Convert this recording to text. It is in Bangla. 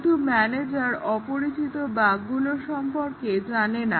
কিন্তু ম্যানেজার অপরিচিত বাগগুলো সম্পর্কে জেনে না